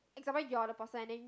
example you are the person and then